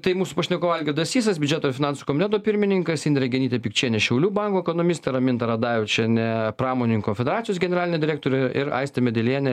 tai mūsų pašnekovai algirdas sysas biudžeto ir finansų komiteto pirmininkas indrė genytė pikčienė šiaulių banko ekonomistė raminta radavičienė pramoninkų konfederacijos generalinė direktorė ir aistė medelienė